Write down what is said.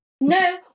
No